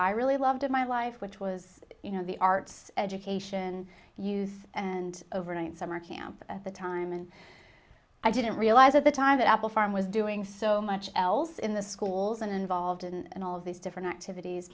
i really loved in my life which was you know the arts education youth and overnight summer camp at the time and i didn't realize at the time that apple farm was doing so much else in the schools and involved and all these different activities